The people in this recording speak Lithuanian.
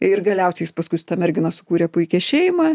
ir galiausiai jis paskui su ta mergina sukūrė puikią šeimą